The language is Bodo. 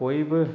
बयबो